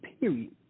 period